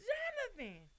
Jonathan